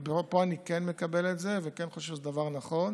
ופה אני כן מקבל את זה וכן חושב שזה דבר נכון,